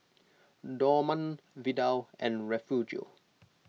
Dorman Vidal and Refugio